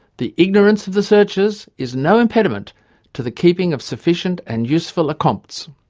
the ignorance of the searchers is no impediment to the keeping of sufficient and useful accompts.